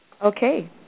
Okay